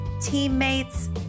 teammates